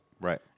Right